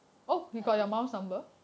like if